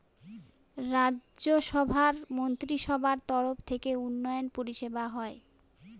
রাজ্য সভার মন্ত্রীসভার তরফ থেকে উন্নয়ন পরিষেবা হয়